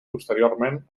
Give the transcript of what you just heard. posteriorment